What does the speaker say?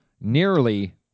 nearly